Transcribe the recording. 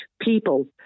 people